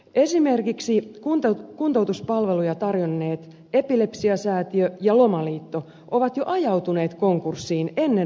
esimerkiksi kuntoutuspalveluja tarjonneet epilepsiasäätiö ja lomaliitto ovat jo ajautuneet konkurssiin ennen reumasairaalaa